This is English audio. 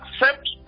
accept